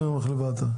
צפוי לעלות בהתאם למדדים